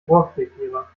rohrkrepierer